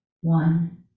one